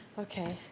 okay,